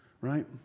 right